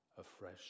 afresh